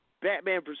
Batman